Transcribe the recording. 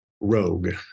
rogue